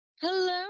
Hello